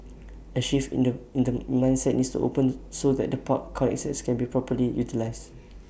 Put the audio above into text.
A shift in the in the mindset needs open so that the park connectors can be properly utilised